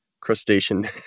crustacean